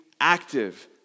active